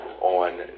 on